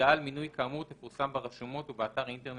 הודעה על מינוי כאמור תפורסם ברשומות ובאתר האינטרנט